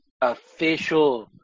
official –